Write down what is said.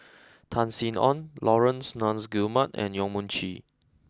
Tan Sin Aun Laurence Nunns Guillemard and Yong Mun Chee